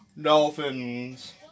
Dolphins